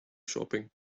shopping